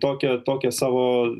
tokią tokią savo